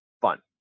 fun